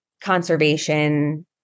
conservation